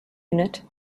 unit